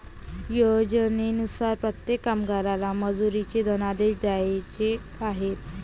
योजनेनुसार प्रत्येक कामगाराला मजुरीचे धनादेश द्यायचे आहेत